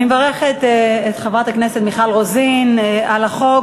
אני מברכת את חברת הכנסת מיכל רוזין על החוק.